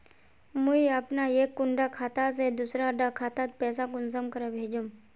मुई अपना एक कुंडा खाता से दूसरा डा खातात पैसा कुंसम करे भेजुम?